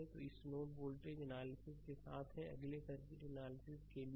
तो इस node voltage analysis के साथ है अगले सर्किट एनालिसिस के लिए जाना जाएगा